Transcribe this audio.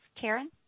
Karen